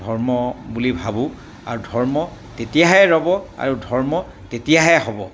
ধৰ্ম বুলি ভাবোঁ আৰু ধৰ্ম তেতিয়াহে ৰ'ব আৰু ধৰ্ম তেতিয়াহে হ'ব